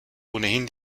ohnehin